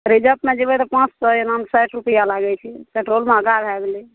रिजर्वमे जएबै तऽ पाँच सओ एनामे साठि रुपैआ लागै छै पेट्रोल महगा भए गेलै